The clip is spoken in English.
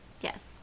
Yes